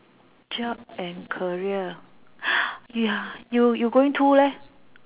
job and career ya you you going to leh